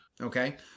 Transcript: Okay